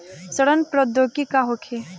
सड़न प्रधौगिकी का होखे?